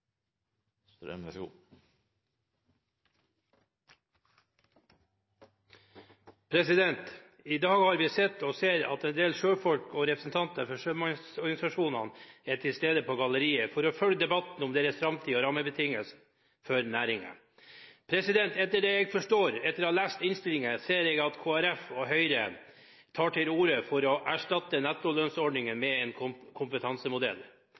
I dag har vi sett og ser at en del sjøfolk og representanter for sjømannsorganisasjonene er til stede på galleriet for å følge debatten om sin framtid og rammebetingelsene for næringen. Etter det jeg forstår etter å ha lest innstillingen, tar Kristelig Folkeparti og Høyre til orde for å erstatte nettolønnsordningen med en kompetansemodell.